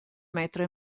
metro